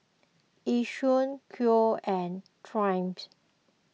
Yishion Koi and Triumph